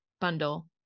bundle